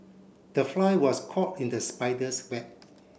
the fly was caught in the spider's web